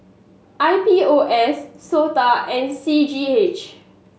I P O S SOTA and C G H